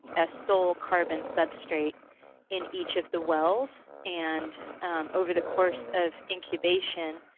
a sole carbon substrate in each of the wells. and over the course of incubation,